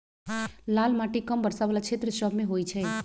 लाल माटि कम वर्षा वला क्षेत्र सभमें होइ छइ